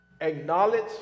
acknowledge